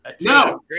No